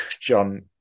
John